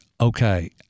okay